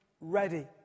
ready